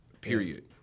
Period